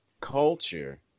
culture